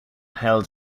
held